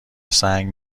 سنگ